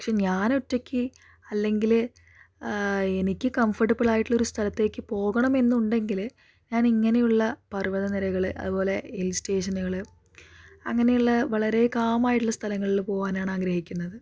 പക്ഷെ ഞാനൊറ്റക്ക് അല്ലെങ്കില് എനിക്ക് കംഫർട്ടബിളായിട്ടുള്ള ഒരു സ്ഥലത്തേക്ക് പോകണമെന്നുണ്ടെങ്കില് ഞാൻ ഇങ്ങനെയുള്ള പർവ്വതനിരകള് അതുപോലെ ഹിൽ സ്റ്റേഷനുകള് അങ്ങനെയുള്ള വളരെ കാമായിട്ടുള്ള സ്ഥലങ്ങളിൽ പോകാനാണ് ആഗ്രഹിക്കുന്നത്